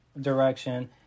direction